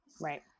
Right